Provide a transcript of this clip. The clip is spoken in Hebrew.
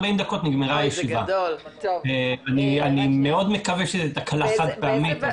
מאוד מקווה שזו תקלה חד פעמית.